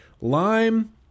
Lime